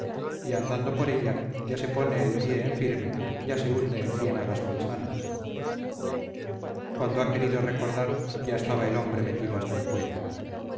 y andando por ella ya se pone el pie en firme ya se hunde en ciénagas malsanas cuando ha querido recordar ya estaba el hombre metido hasta el cuello